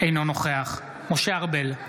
אינו נוכח משה ארבל,